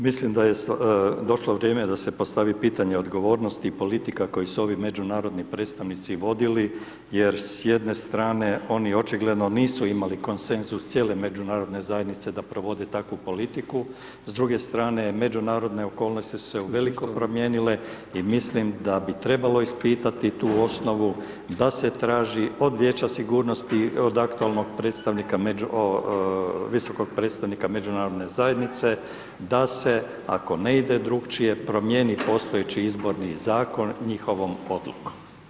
Mislim da je došlo vrijeme da se postavi pitanje odgovornosti politika koji su ovi međunarodni predstavnici vodili jer s jedne strani oni očigledno nisu imali konsenzus cijele međunarodne zajednice da provode takvu politiku, s druge strane međunarodne okolnosti su se uvelike promijenile i mislim da bi trebalo ispitati tu osnovu da se traži od Vijeća sigurnosti, od aktualnog predstavnika, visokog predstavnika međunarodne zajednice, da se, ako ne ide drukčije, promijeni postojeći izborni zakon njihovom odlukom.